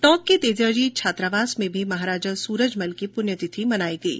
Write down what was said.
टोंक के तेजाजी छात्रावास में भी महाराजा सूरजमल की पुण्य तिथि मनाई गयी